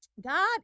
God